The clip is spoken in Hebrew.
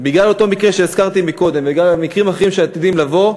בגלל אותו מקרה שהזכרתי קודם ובגלל מקרים אחרים שעתידים לבוא,